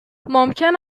ممکن